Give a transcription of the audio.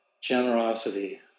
Generosity